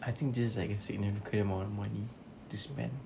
I think just like a sick amount of money to spend